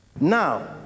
Now